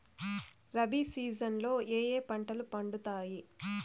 rabi season లో ఏ ఏ పంటలు పండుతాయి